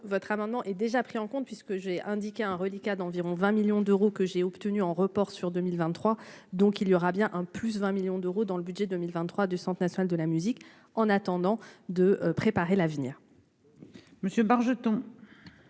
votre amendement est déjà pris en compte, puisque j'ai indiqué un reliquat d'environ 20 millions d'euros que j'ai obtenu un report sur 2023, donc il y aura bien un plus de 20 millions d'euros dans le budget 2023 du Centre national de la musique en attendant de préparer l'avenir. Monsieur Bargeton.